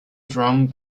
drum